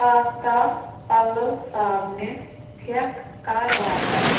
pasta پَلو صابنہِ پھٮ۪کھ کَر واتن